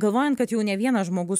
galvojant kad jau ne vienas žmogus